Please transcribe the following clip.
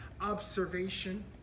observation